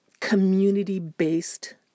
community-based